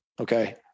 okay